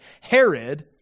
Herod